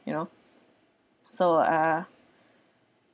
you know so ah